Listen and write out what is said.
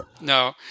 No